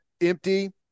empty